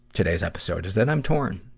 today's episode, is that i'm torn.